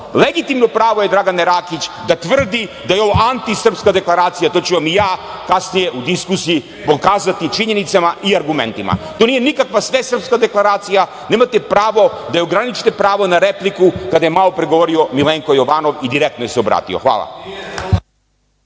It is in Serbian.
Legitimno pravo je Dragane Rakić da tvrdi da je ovo antisrpska deklaracija. To ću vam ja kasnije u diskusiji pokazati činjenicama i argumentima. To nije nikakva svesrpska deklaracija. Nemate pravo da joj ograničite pravo na repliku kada je malopre govorio Milenko Jovanov i direktno joj se obratio. Hvala.